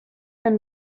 been